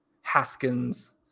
Haskins